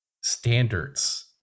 standards